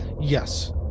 Yes